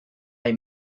they